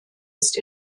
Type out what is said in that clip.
ist